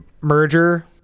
merger